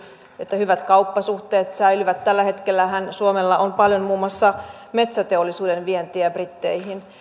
että hyvät kauppasuhteet säilyvät tällä hetkellähän suomella on paljon muun muassa metsäteollisuuden vientiä britteihin